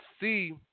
see